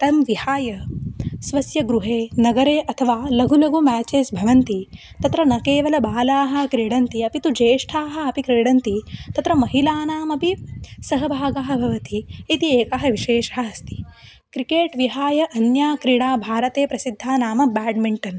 तं विहाय स्वस्य गृहे नगरे अथव लघु लघु म्याचेस् भवन्ति तत्र न केवलं बालाः क्रीडन्ति अपि तु ज्येष्ठाः अपि क्रीडन्ति तत्र महिलानामपि सहभागः भवति इति एकः विशेषः अस्ति क्रिकेट् विहाय अन्या क्रीडा भारते प्रसिद्धा नाम ब्याड्मिण्टन्